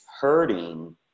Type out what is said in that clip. hurting